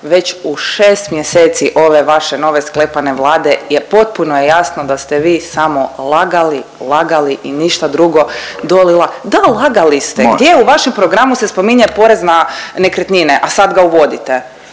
već u šest mjeseci ove vaše nove sklepane Vlade je potpuno jasno da ste vi samo lagali, lagali i ništa drugo. Da, lagali ste! Gdje u vašem programu se spominje porez na nekretnine, a sad ga uvodite.